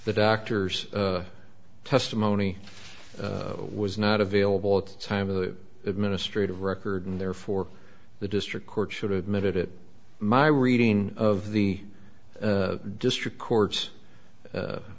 the doctors testimony was not available at the time of the administrative record and therefore the district court should admit it my reading of the district court